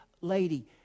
lady